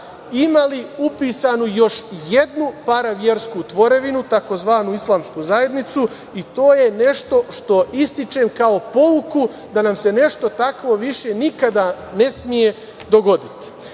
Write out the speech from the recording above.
imali upisanu još jednu paraversku tvorevinu, tzv. Islamsku zajednicu i to je nešto što ističem kao pouku da nam se nešto tako više nikada ne sme dogoditi. Što